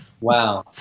Wow